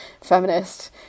feminist